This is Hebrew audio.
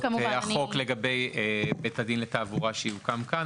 החוק לגבי בית הדין לתעבורה שיוקם כאן,